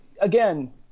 again